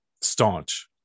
staunch